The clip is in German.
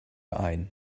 ein